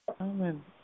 Amen